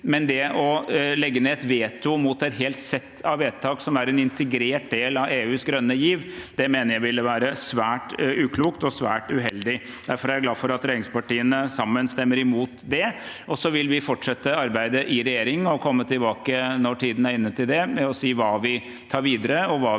Det å legge ned et veto mot et helt sett av vedtak som er en integrert del av EUs grønne giv, mener jeg ville være svært uklokt og svært uheldig. Derfor er jeg glad for at regjeringspartiene sammen stemmer imot det. Så vil vi fortsette arbeidet i regjering og komme tilbake når tiden er inne til det, med å si hva vi tar videre, og hva vi eventuelt